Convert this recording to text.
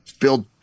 build